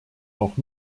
noch